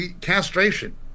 castration